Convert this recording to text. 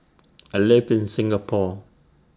I live in Singapore